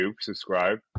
subscribe